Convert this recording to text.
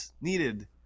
needed